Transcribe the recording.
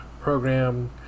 program